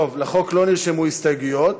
לחוק לא נרשמו הסתייגויות.